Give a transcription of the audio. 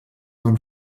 man